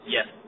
Yes